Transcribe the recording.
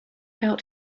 out